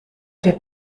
wir